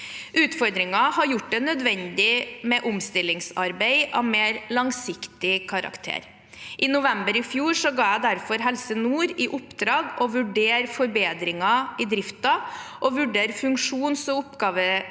Utfordringene har gjort det nødvendig med omstillingsarbeid av mer langsiktig karakter. I november i fjor ga jeg derfor Helse Nord i oppdrag å vurdere forbedringer i driften og å vurdere funksjons- og oppgavedeling